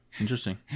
Interesting